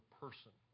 person